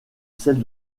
celle